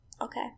Okay